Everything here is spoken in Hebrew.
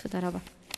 תודה רבה.